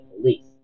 police